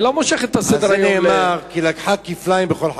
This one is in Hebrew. על זה נאמר: כי לקחה כפליים בכל חטאותיה.